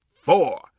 four